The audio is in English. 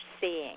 seeing